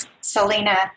selena